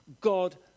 God